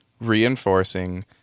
reinforcing